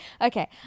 Okay